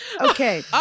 Okay